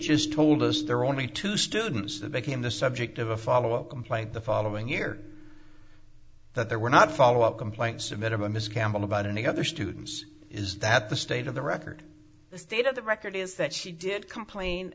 just told us there were only two students that became the subject of a follow up complaint the following year that there were not follow up complaints of it or miss campbell about any other students is that the state of the record the state of the record is that she did complain